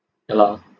ya lah